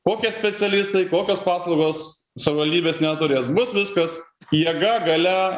kokie specialistai kokios paslaugos savivaldybės neturės bus viskas jėga galia